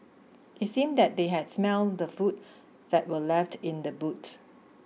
it seemed that they had smelt the food that were left in the boot